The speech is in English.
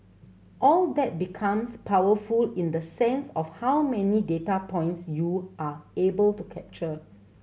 all that becomes powerful in the sense of how many data points you are able to capture